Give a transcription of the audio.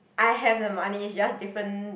I have the money is just different